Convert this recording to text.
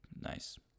Nice